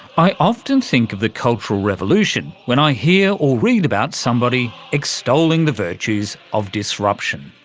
i often think of the cultural revolution when i hear or read about somebody extolling the virtues of disruption.